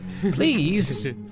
Please